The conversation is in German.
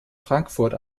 frankfurt